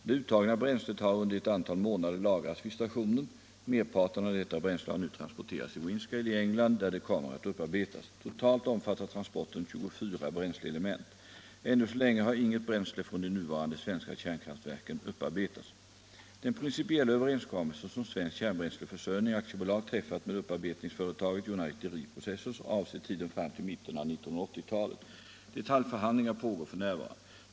Det uttagna bränslet har under ett antal månader lagrats vid stationen. Merparten av detta bränsle har nu transporterats till Windscale i England där det kommer att upparbetas. Totalt omfattar transporten tjugofyra bränsleelement. Ännu så länge har inget bränsle från de nuvarande svenska kärnkraftverken upparbetats. Den principiella överenskommelse som Svensk kärnbränsleförsörjning AB träffat med upparbetningsföretaget United Reprocessors avser tiden fram till mitten av 1980-talet. Detaljförhandlingar pågår f. n.